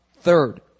Third